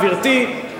גברתי,